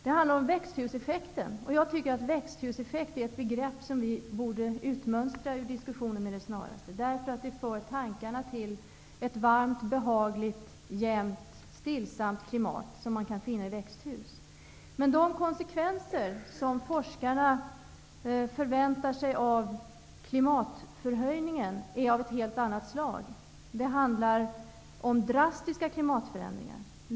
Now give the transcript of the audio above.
Det handlar om växthuseffekten. Jag tycker att växthuseffekt är ett begrepp som vi borde utmönstra ur diskussionen med det snaraste. Det för tankarna till ett varmt, behagligt, jämt, stillsamt klimat, som man kan finna i växthus. Men de konsekvenser som forskarna förväntar sig av temperaturförhöjningen är av ett helt annat slag. Det handlar om drastiska klimatförändringar.